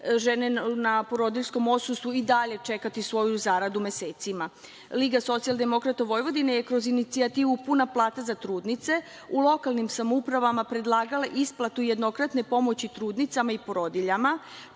žene na porodiljskom odsustvu i dalje čekati svoju zaradu mesecima? Liga socijaldemokrata Vojvodine je kroz inicijativu – puna plata za trudnice u lokalnim samoupravama predlagala isplatu jednokratno pomoći trudnicama i porodiljama,